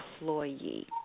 employee